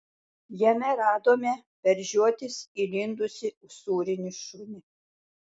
jame radome per žiotis įlindusį usūrinį šunį